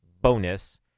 bonus